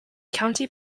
county